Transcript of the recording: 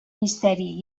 misteri